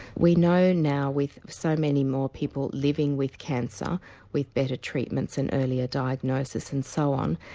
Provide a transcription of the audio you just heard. we know now with so many more people living with cancer with better treatments and earlier diagnosis and so on,